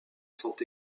sont